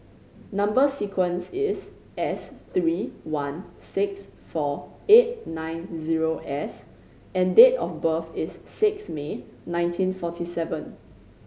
number sequence is S three one six four eight nine zero S and date of birth is six May nineteen forty seven